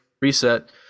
reset